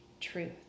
truth